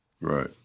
Right